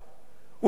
ולהקים,